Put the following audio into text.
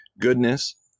goodness